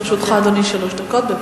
אדוני, לרשותך שלוש דקות.